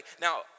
Now